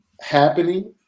happening